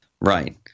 Right